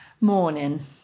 morning